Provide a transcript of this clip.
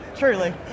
Truly